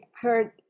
heard